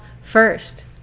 first